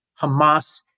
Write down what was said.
Hamas